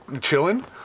chilling